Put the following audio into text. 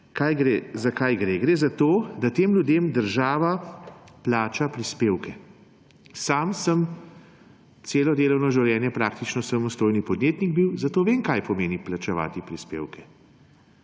za kaj gre? Gre za to, da tem ljudem država plača prispevke. Sam sem celo delovno življenje praktično samostojni podjetnik bil, zato vem, kaj pomeni plačevati prispevke.